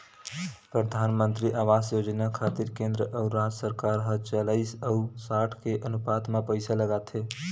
परधानमंतरी आवास योजना खातिर केंद्र अउ राज सरकार ह चालिस अउ साठ के अनुपात म पइसा लगाथे